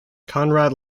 konrad